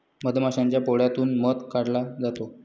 मधमाशाच्या पोळ्यातून मध काढला जातो